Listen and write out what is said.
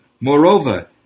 moreover